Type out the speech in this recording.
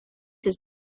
his